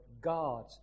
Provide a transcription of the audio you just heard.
God